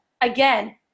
again